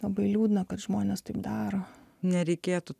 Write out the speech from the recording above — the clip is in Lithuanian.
labai liūdna kad žmonės taip daro nereikėtų